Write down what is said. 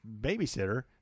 babysitter